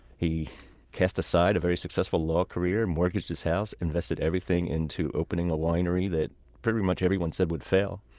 he cast aside a very successful law career, mortgaged his house and invested everything into opening a winery that pretty much everyone said would fail.